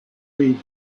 read